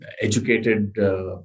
educated